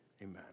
Amen